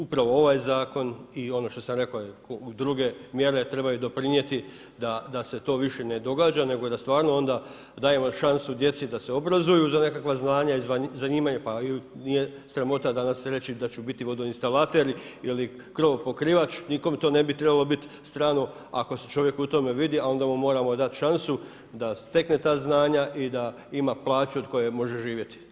Upravo ovaj zakon i što sam rekao, druge mjere trebaju doprinijeti da se to više ne događa nego da stvarno onda dajemo šansu djeci da se obrazuju za nekakva znanja i zanimanja, pa i nije sramota danas reći da ću biti vodoinstalater ili krovopokrivač, nikom to ne bi trebalo biti strano ako se čovjek u tome vidi ali onda mu moramo dati šansu da stekne ta znanja i da ima plaću od koje može živjeti.